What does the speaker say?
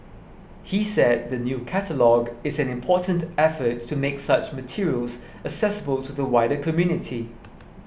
he said the new catalogue is an important effort to make such materials accessible to the wider community